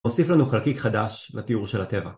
הוסיף לנו חלקיק חדש לתיאור של הטבע.